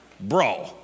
Bro